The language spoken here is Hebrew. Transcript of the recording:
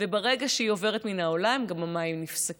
וברגע שהיא עוברת מן העולם, גם המים נפסקים.